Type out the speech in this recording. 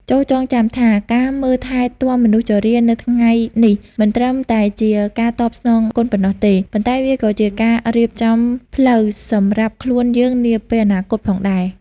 ចូរចងចាំថា ការមើលថែទាំមនុស្សជរានៅថ្ងៃនេះ មិនត្រឹមតែជាការតបស្នងគុណប៉ុណ្ណោះទេ ប៉ុន្តែវាក៏ជាការរៀបចំផ្លូវសម្រាប់ខ្លួនយើងនាពេលអនាគតផងដែរ។